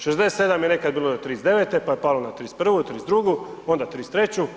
67 je nekada bilo do 39, pa je palo na 31., 32., onda 33.